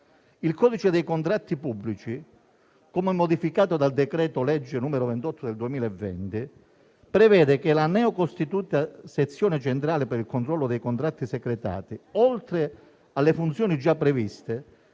Il codice dei contratti pubblici, come modificato dal decreto-legge n. 28 del 2020, prevede che la neocostituita Sezione centrale per il controllo dei contratti secretati, oltre alle funzioni già previste,